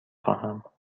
خواهم